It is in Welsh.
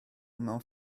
mewn